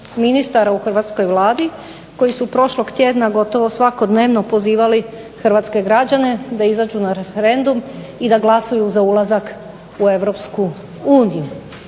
ministara u hrvatskoj Vladi koji su prošlog tjedna gotovo svakodnevno pozivali hrvatske građane da izađu na referendum i da glasaju za ulazak u EU? Nije